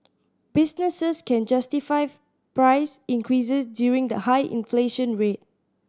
businesses can justify price increases during the high inflation rate